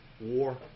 war